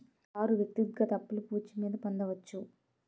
car వ్యక్తిగత అప్పులు పూచి మీద పొందొచ్చు